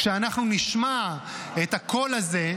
כשאנחנו נשמע את הקול הזה,